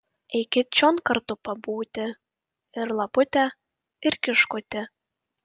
eikit čion kartu pabūti ir lapute ir kiškuti